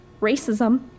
racism